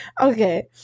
Okay